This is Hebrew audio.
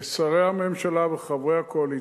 לשרי הממשלה וחברי הקואליציה: